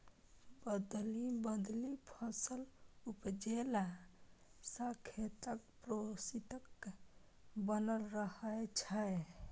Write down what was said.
बदलि बदलि फसल उपजेला सँ खेतक पौष्टिक बनल रहय छै